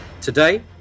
Today